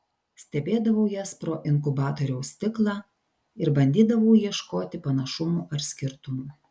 stebėdavau jas pro inkubatoriaus stiklą ir bandydavau ieškoti panašumų ar skirtumų